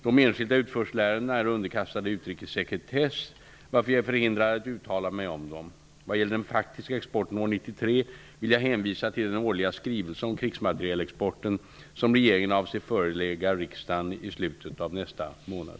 De enskilda utförselärendena är underkastade utrikessekretess, varför jag är förhindrad att uttala mig om dem. Vad gäller den faktiska exporten år 1993 vill jag hänvisa till den årliga skrivelse om krigsmaterielexporten som regeringen avser förelägga riksdagen i slutet av nästa månad.